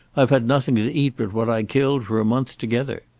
i've had nothing to eat but what i killed for a month together.